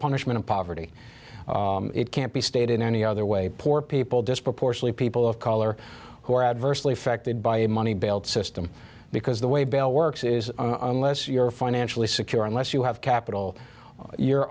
punishment of poverty it can't be stated in any other way poor people disproportionately people of color who are adversely affected by a money belt system because the way bail works is unless you're financially secure unless you have capital you're